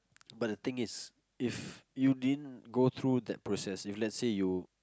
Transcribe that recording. but the thing is if you didn't go through that process if let's say you